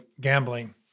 gambling